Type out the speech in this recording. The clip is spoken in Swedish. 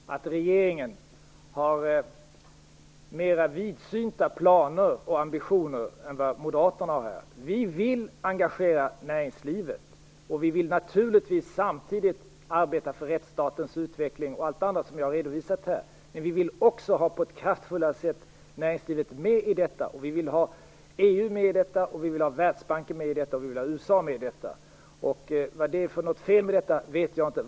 Fru talman! Jag kan konstatera att regeringen har mer vidsynta planer och ambitioner än Moderaterna. Vi vill engagera näringslivet. Vi vill samtidigt naturligtvis arbeta för rättsstatens utveckling och för allt annat som jag har redovisat här. Vi vill på ett kraftfullare sätt få med näringslivet i detta. Vi vill också ha med EU, Världsbanken och USA. Vad det är för fel med det, vet jag inte.